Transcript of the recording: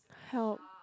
help